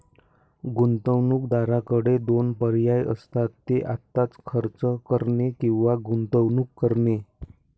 गुंतवणूकदाराकडे दोन पर्याय असतात, ते आत्ताच खर्च करणे किंवा गुंतवणूक करणे